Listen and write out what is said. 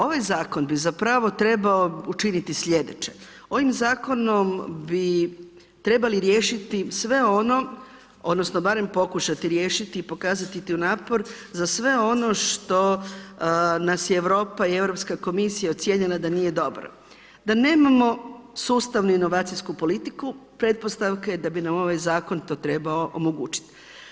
Ovaj zakon, bi zapravo trebao učiniti sljedeće, ovim zakonom bi trebali riješiti sve ono odnosno, barem pokušati riješiti i pokazati tu napor, za sve ono što nas je Europa i Europska komisija ocijenila da nije dobro, da nemamo sustavnu inovacijsku politiku, pretpostavka je da bi nam ovaj zakon to trebao omogućiti.